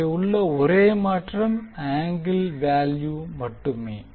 அங்கே உள்ள ஒரே மாற்றம் ஆங்கிள் வேல்யூ மட்டுமே